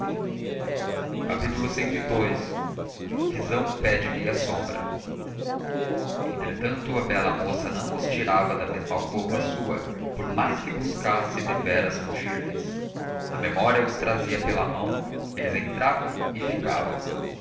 o primeiro cii visão pede meia sombra entretanto a bela moça não os tirava da mesma alcova sua por mais que buscasse deveras fugir lhes a memória os trazia pela mão eles entravam e ficavam